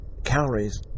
calories